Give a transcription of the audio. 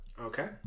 Okay